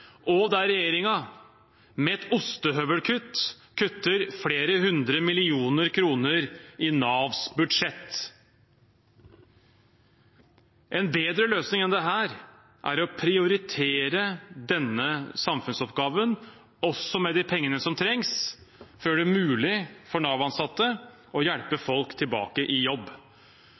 og der regjeringen med et ostehøvelkutt kutter flere hundre millioner kroner i Navs budsjett. En bedre løsning enn dette er å prioritere denne samfunnsoppgaven med de pengene som trengs, for å gjøre det mulig for Nav-ansatte å hjelpe folk tilbake i jobb.